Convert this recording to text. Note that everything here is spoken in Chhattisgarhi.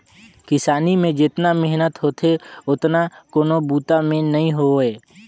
किसानी में जेतना मेहनत होथे ओतना कोनों बूता में नई होवे